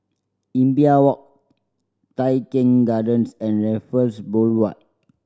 Imbiah Walk Tai Keng Gardens and Raffles Boulevard